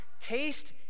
taste